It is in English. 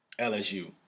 LSU